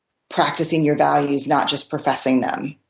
practicing your values, not just professing them,